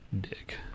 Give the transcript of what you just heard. Dick